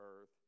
earth